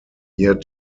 year